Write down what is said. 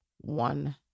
One